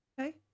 Okay